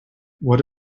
what